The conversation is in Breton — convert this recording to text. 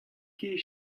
ket